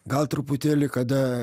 gal truputėlį kada